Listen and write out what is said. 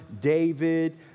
David